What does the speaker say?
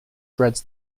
dreads